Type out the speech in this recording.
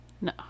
No